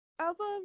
album